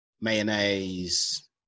mayonnaise